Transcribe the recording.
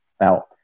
Now